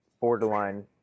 Borderline